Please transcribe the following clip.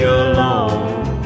alone